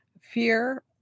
fear